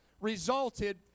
resulted